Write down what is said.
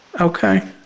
Okay